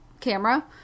camera